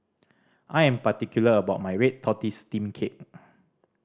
I am particular about my red tortoise steamed cake